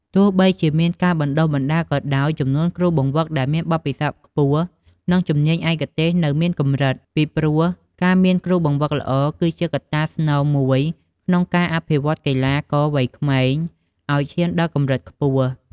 ទោះបីជាមានការបណ្តុះបណ្តាលក៏ដោយ ចំនួនគ្រូបង្វឹកដែលមានបទពិសោធន៍ខ្ពស់ និងជំនាញឯកទេសនៅមានកម្រិត ពីព្រោះការមានគ្រូបង្វឹកល្អគឺជាកត្តាស្នូលមួយក្នុងការអភិវឌ្ឍន៍កីឡាករវ័យក្មេងឱ្យឈានដល់កម្រិតខ្ពស់។